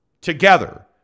together